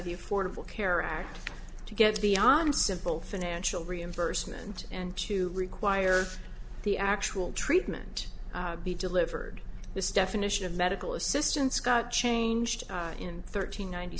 the affordable care act to get beyond simple financial reimbursement and to require the actual treatment be delivered this definition of medical assistance got changed in thirty nine